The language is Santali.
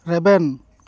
ᱨᱮᱵᱮᱱ